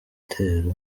gitero